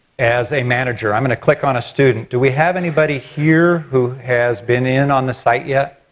as a manager, i'm going to click on a student. do we have anybody here who has been in on the site yet?